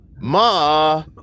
Ma